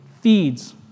feeds